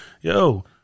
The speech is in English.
yo